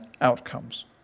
outcomes